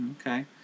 Okay